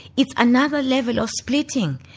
it's another level of splitting.